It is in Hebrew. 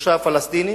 שלושה פלסטינים,